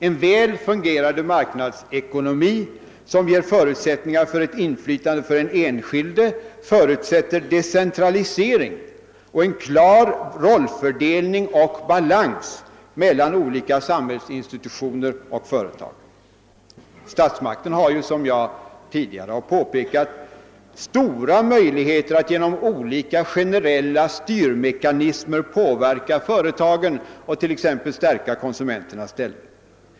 En väl fungerande marknadsekonomi som ger förutsättningar för ett inflytande för den enskilde förutsätter decentralisering och en klar rollfördelning och balans mellan olika samhällsinstitutio ner och företag. Statsmakten har ju som jag tidigare har påpekat stora möjligheter att genom olika generella styrmekanismer påverka företagen och t.ex. stärka konsumenternas ställning.